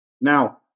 Now